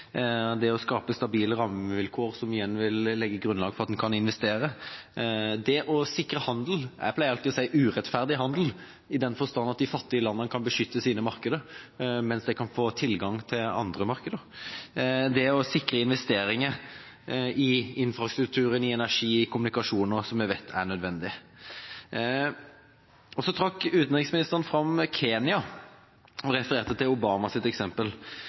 det å skape stabile rammevilkår som igjen vil legge grunnlag for at en kan investere. Det å sikre handel er viktig – jeg pleier alltid å si «urettferdig» handel, i den forstand at de fattige landene kan beskytte sine markeder mens de kan få tilgang til andre markeder. Det å sikre investeringer i infrastrukturen, i energi og i kommunikasjoner som vi vet er nødvendige, er vi også enige om er viktig. Utenriksministeren trakk fram Kenya og refererte til Obamas eksempel.